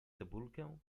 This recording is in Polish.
cebulkę